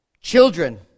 Children